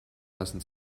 lassen